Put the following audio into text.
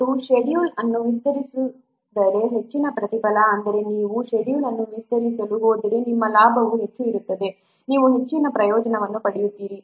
ಮತ್ತು ಷೆಡ್ಯೂಲ್ ಅನ್ನು ವಿಸ್ತರಿಸಿದರೆ ಹೆಚ್ಚಿನ ಪ್ರತಿಫಲ ಅಂದರೆ ನೀವು ಷೆಡ್ಯೂಲ್ ಅನ್ನು ವಿಸ್ತರಿಸಲು ಹೋದರೆ ನಿಮ್ಮ ಲಾಭವು ಹೆಚ್ಚು ಇರುತ್ತದೆ ನೀವು ಹೆಚ್ಚಿನ ಪ್ರಯೋಜನವನ್ನು ಪಡೆಯುತ್ತೀರಿ